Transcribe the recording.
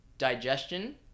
digestion